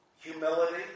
humility